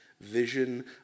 vision